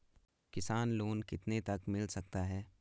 किसान लोंन कितने तक मिल सकता है?